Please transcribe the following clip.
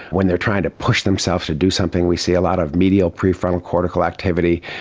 when they are trying to push themselves to do something we see a lot of medial prefrontal cortical activity,